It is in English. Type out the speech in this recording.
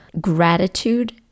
gratitude